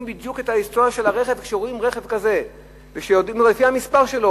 בדיוק את ההיסטוריה של הרכב -כשהם רואים רכב כזה לפי המספר שלו.